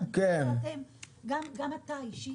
אותך אישית.